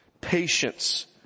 patience